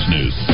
News